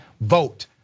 vote